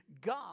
God